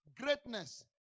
greatness